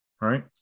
Right